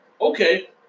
okay